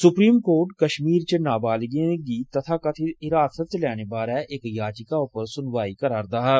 supreme court Kashmir च नाबालिगें गी तथाकथित हिरासत च लैने बारै इक याचिका उप्पर सुनवाई करा'रदा हा